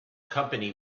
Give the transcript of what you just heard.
company